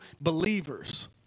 believers